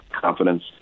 confidence